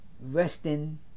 resting